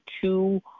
two